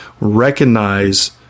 recognize